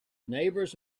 neighbors